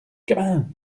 gamin